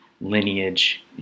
lineage